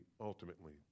ultimately